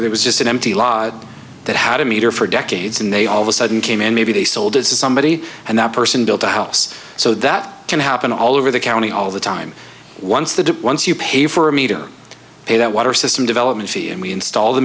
that was just an empty laws that had a meter for decades and they all of a sudden came in maybe they sold it to somebody and that person built a house so that can happen all over the county all the time once the once you pay for me to pay that water system development fee and we install